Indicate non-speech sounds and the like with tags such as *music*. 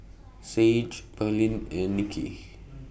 Sage Pearline and Niki *noise*